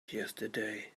yesterday